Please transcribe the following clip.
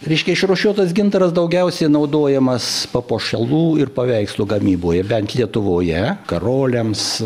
reiškia išrūšiuotas gintaras daugiausiai naudojamas papuošalų ir paveikslų gamyboj bent lietuvoje karoliams